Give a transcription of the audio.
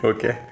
Okay